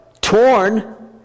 torn